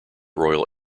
royal